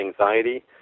anxiety